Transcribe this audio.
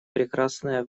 прекрасное